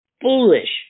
foolish